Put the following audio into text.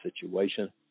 situation